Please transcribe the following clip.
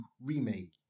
remake